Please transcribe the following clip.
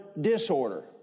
disorder